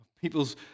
People's